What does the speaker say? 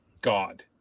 god